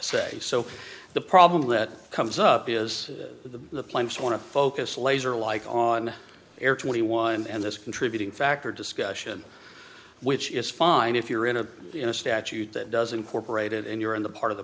say so the problem that comes up is the plaintiffs want to focus laser like on air twenty one and this contributing factor discussion which is fine if you're in a in a statute that does incorporated in your in the part of the